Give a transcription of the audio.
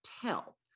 tell